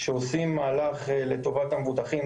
שעושים מהלך לטובת המבוטחים,